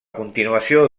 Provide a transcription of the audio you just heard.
continuació